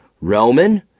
Roman